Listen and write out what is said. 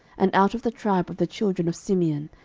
and out of the tribe of the children of simeon,